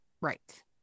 Right